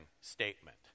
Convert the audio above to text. statement